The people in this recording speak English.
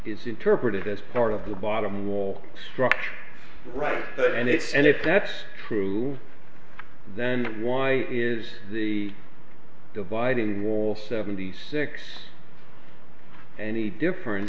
is interpreted as part of the bottom will structure right and it's and if that's true then why is the dividing wall seventy six any differen